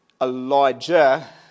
Elijah